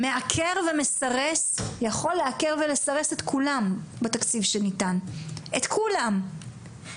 יכול לעקר ולסרס את כולם בתקציב שניתן, את כולם.